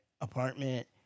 apartment